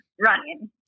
Running